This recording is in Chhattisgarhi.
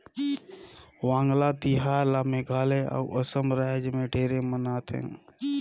वांगला तिहार ल मेघालय अउ असम रायज मे ढेरे मनाथे